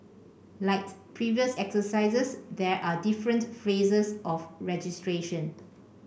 like previous exercises there are different phases of registration